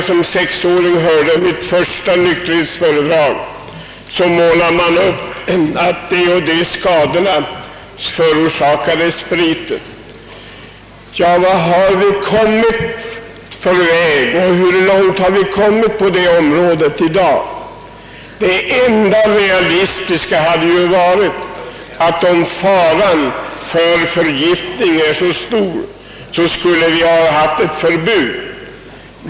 Som sexåring lyssnade jag för första gången till ett nykterhetsföredrag, och då målade talaren upp vilka skador spriten förorsakade. Men hur långt har vi kommit på väg i dag? Om faran för förgiftning är så stor som det sades och säges, hade ju det enda realistiska varit att ha ett förbud.